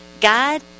God